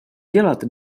dělat